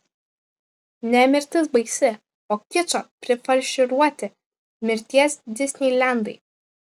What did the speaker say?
ne mirtis baisi o kičo prifarširuoti mirties disneilendai